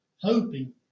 hoping